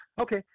Okay